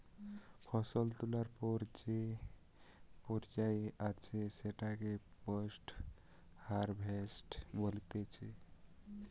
ফসল তোলার পর যে পর্যায়ে আছে সেটাকে পোস্ট হারভেস্ট বলতিছে